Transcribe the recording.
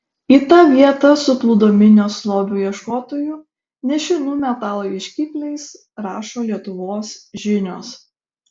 į tą vietą suplūdo minios lobių ieškotojų nešinų metalo ieškikliais rašo lietuvos žinios